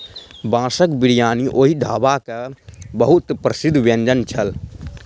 बांसक बिरयानी ओहि ढाबा के बहुत प्रसिद्ध व्यंजन छल